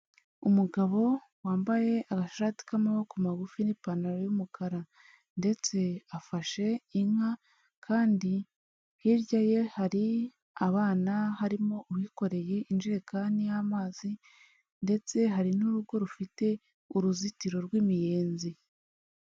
Umugabo wambaye agashati k'amaboko magufi n'ipantaro y'umukara, ndetse afashe inka kandi hirya ye hari abana harimo uwikoreye injerekani y'amazi, ndetse hari n'urugo rufite uruzitiro rw'imiyenzi.